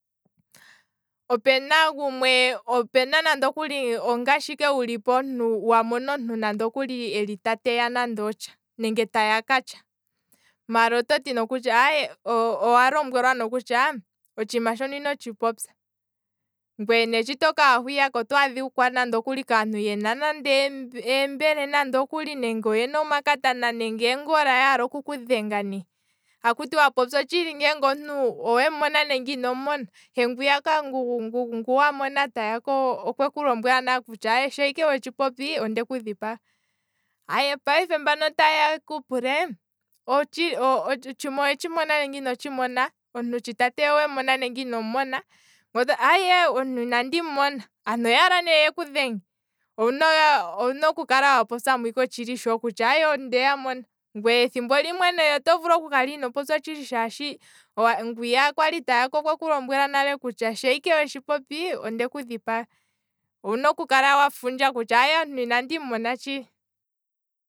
Opena gumwe opena nande okuli nenge wuli pomuntu nenge wa mona omuntu ta teya nande otsha nenge ta yaka, owa lombwelwa nande okuli kutya otshiima shoka inotshi popya, maala shito kaha nande ohwiya oto adhako aantu yena nande eembele nande okuli, yena omakatana nenge eengola yaala oku kudhenga ne, akutiwa popya otshili ngele omuntu owemu mona nenge inomu mona, he ngiya wamona ta yaka okweku lombwela kutya shaa ike wetshi popi, ondeku dhipaga, payife mbeya sho ta yeya yeku pule. otshiima owetshi mona nenge inotshi mona? Omuntu sho ta teya owemu mona nenge inomu mona? Ngweye ototi aye omuntu inandi mumona, yo oyaala ne yeku dhenge, owuna oku kala wa popyamo ike otshili sho kutya aye ondeya mona, ngweye ethimbo limwe ne, oto vulu oku kala ino popya otshili shaashi ngwiya kwali ta yaka okweku lombwela nale kutya shaa ike wetshi popi ondeku dhipaga, owuna okukala wafundja kutya aye omuntu inandi mu mona tshili.